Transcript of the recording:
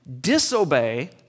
disobey